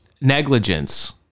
negligence